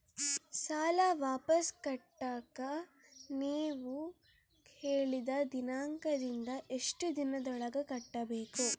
ಸಾಲ ವಾಪಸ್ ಕಟ್ಟಕ ನೇವು ಹೇಳಿದ ದಿನಾಂಕದಿಂದ ಎಷ್ಟು ದಿನದೊಳಗ ಕಟ್ಟಬೇಕು?